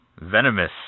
venomous